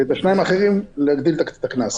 ובשניים האחרים להגדיל את הקנס.